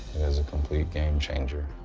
is a complete game changer.